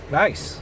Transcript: nice